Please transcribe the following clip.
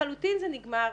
לחלוטין זה נגמר.